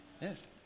Yes